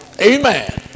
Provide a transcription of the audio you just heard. Amen